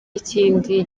ikindi